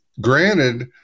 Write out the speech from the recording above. granted